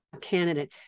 candidate